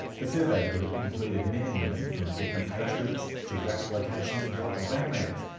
the surveyed group included men and women from different age groups, geographic locations and cultural backgrounds,